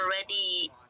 already